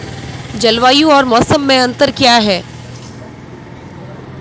जलवायु और मौसम में अंतर क्या है?